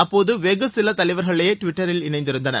அப்போது வெகு சில தலைவர்களே டுவிட்டரில் இணைந்திருந்தனர்